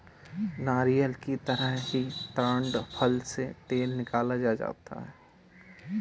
नारियल की तरह ही ताङ फल से तेल निकाला जाता है